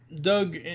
Doug